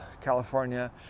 California